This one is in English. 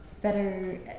better